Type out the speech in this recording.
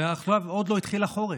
ועכשיו עוד לא התחיל החורף.